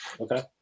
okay